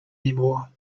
anymore